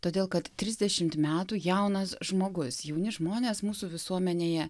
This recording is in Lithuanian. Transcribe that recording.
todėl kad trisdešimt metų jaunas žmogus jauni žmonės mūsų visuomenėje